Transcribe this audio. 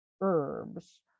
Herbs